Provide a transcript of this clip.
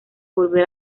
volver